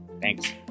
Thanks